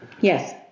Yes